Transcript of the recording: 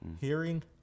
Hearing